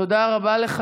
תודה רבה לך.